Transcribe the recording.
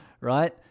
right